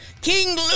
King